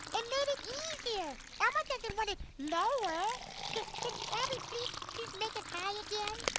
it made it easier elmo doesn't want it lower, yeah can abby please please make it high again?